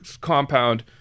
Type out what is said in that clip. compound